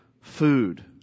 food